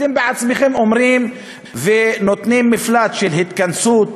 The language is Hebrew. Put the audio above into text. אתם בעצמכם אומרים ונותנים מפלט של התכנסות,